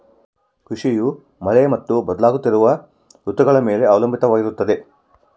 ಕೃಷಿಯು ಮಳೆ ಮತ್ತು ಬದಲಾಗುತ್ತಿರೋ ಋತುಗಳ ಮ್ಯಾಲೆ ಅವಲಂಬಿತವಾಗಿರ್ತದ